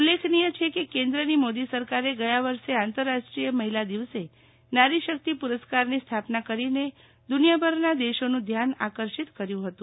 ઉલ્લેખનીય છે કે કેન્દ્રની મોદી સરકારે ગયા વર્ષે આંતરરાષ્ટ્રીય મહિલા દિવસે નારી શક્તિ પુરસ્કારની સ્થાપના કરીને દુનીયાભરના દેશોનું ધ્યાન આકર્ષિત કર્યું હતું